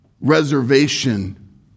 reservation